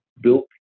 built